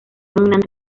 dominante